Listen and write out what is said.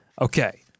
Okay